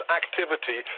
activity